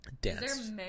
dance